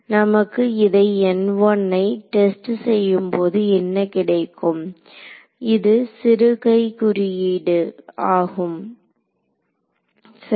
நமக்கு இதை ஐ டெஸ்ட் செய்யும்போது என்ன கிடைக்கும் இது சிறுகை குறியீடு ஆகும் சரி